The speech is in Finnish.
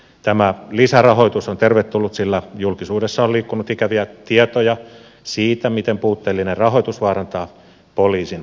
tämä lisärahoitus on tervetullut sillä julkisuudessa on liikkunut ikäviä tietoja siitä miten puutteellinen rahoitus vaarantaa poliisin toiminnan